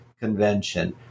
convention